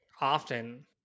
often